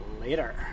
later